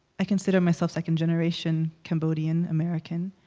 i consider myself second-generation cambodian american,